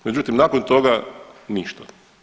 Međutim, nakon toga ništa.